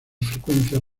frecuencias